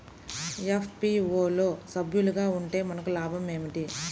FPO లో సభ్యులుగా ఉంటే మనకు లాభం ఏమిటి?